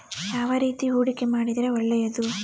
ಯಾವ ರೇತಿ ಹೂಡಿಕೆ ಮಾಡಿದ್ರೆ ಒಳ್ಳೆಯದು?